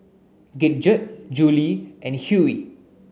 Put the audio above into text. Gidget Julie and Hughey